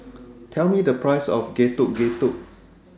Tell Me The Price of Getuk Getuk